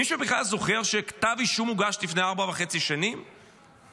מישהו בכלל זוכר שכתב אישום הוגש לפני ארבע שנים וחצי?